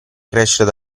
crescere